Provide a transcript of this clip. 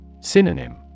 Synonym